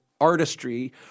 artistry